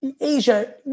Asia